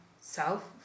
self